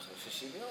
אבל זה שוויון.